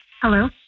Hello